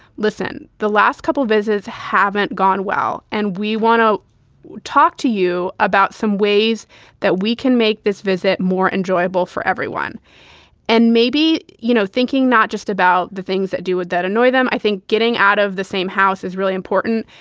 listen, the last couple of visits haven't gone well and we want to talk to you about some ways that we can make this visit more enjoyable for everyone and maybe, you know, thinking not just about the things that do that annoy them. i think getting out of the same house is really important.